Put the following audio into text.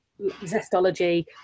zestology